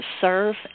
serve